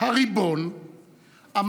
ועד שהעם, כמו שאמר